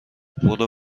برو